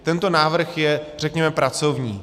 Tento návrh je, řekněme, pracovní.